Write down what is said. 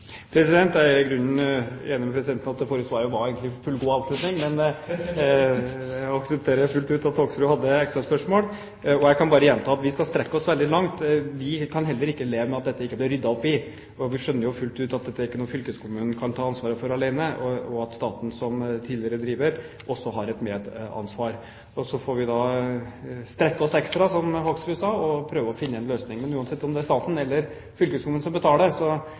Jeg er i grunnen enig med presidenten i at det forrige svaret egentlig var en fullgod avslutning, men jeg aksepterer fullt ut at Hoksrud hadde et ekstra spørsmål. Jeg kan bare gjenta at vi skal strekke oss veldig langt. Vi kan heller ikke leve med at det ikke blir ryddet opp i dette. Vi skjønner fullt ut at dette ikke er noe fylkeskommunen kan ta ansvaret for alene, og at staten som tidligere driver også har et medansvar. Så får vi da strekke oss ekstra, som Hoksrud sa, og prøve å finne en løsning. Men uansett om det er staten eller fylkeskommunen som betaler,